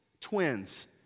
twins